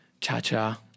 cha-cha